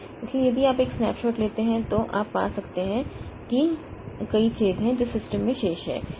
इसलिए यदि आप एक स्नैपशॉट लेते हैं तो आप पा सकते हैं कि कई छेद हैं जो सिस्टम में शेष हैं